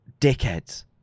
dickheads